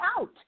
out